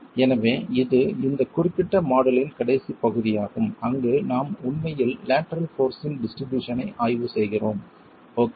எனவே இது இந்த குறிப்பிட்ட மாடுலின் கடைசி பகுதியாகும் அங்கு நாம் உண்மையில் லேட்டரல் போர்ஸ் இன் டிஸ்ட்ரிபூசனை ஆய்வு செய்கிறோம் ஓகே